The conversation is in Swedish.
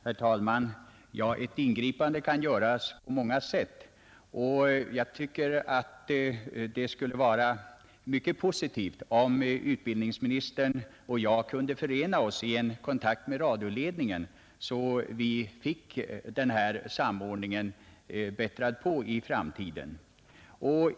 Herr talman! Ett ingripande kan göras på många sätt, och jag tycker att det skulle vara mycket positivt om utbildningsministern och jag kunde förena oss i en kontakt med radioledningen, så att vi fick den här samordningen påbättrad i framtiden.